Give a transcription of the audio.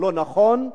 הלא-נכון,